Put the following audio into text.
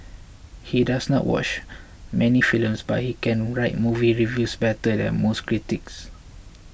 he does not watch many films but he can write movie reviews better than most critics